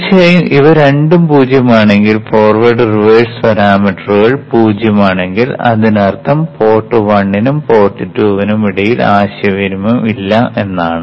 തീർച്ചയായും ഇവ രണ്ടും 0 ആണെങ്കിൽ ഫോർവേഡ് റിവേഴ്സ് പാരാമീറ്ററുകൾ 0 ആണെങ്കിൽ അതിനർത്ഥം പോർട്ട് 1 നും പോർട്ട് 2 നും ഇടയിൽ ആശയവിനിമയം ഇല്ല എന്നാണ്